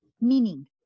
meaning